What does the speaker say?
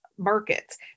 Markets